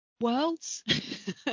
worlds